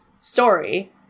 story